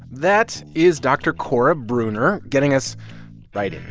that is dr. cora breuner getting us right in